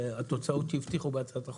והתוצאות יובטחו בהצעת החוק.